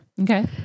Okay